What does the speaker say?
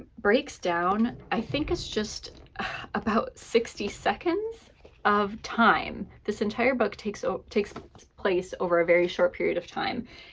breaks down, i think, it's just about sixty seconds of time. this entire book takes a ah takes place over a very short period of time.